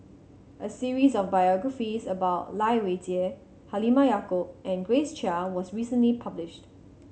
a series of biographies about Lai Weijie Halimah Yacob and Grace Chia was recently published